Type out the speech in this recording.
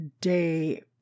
day